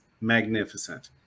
magnificent